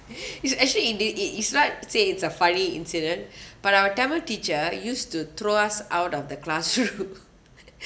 it's actually in the it it's not say it's a funny incident but our tamil teacher used to throw us out of the classroom